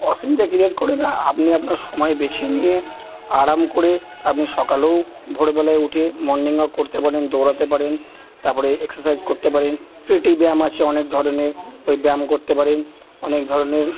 অসুবিধা ক্রিয়েট করে না আপনি আপনার সময় বেছে নিয়ে আরাম করে আপনি সকালেও ভোরবেলায় উঠে মর্নিং ওয়াক করতে পারেন দৌড়াতে পারেন তারপরে এক্সেসাইজ করতে পারেন প্রিটি ব্যায়াম আছে অনেক ধরনের ওই ব্যায়াম করতে পারেন অনেক ধরনের